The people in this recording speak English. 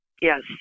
Yes